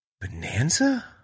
Bonanza